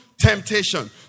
temptation